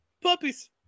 puppies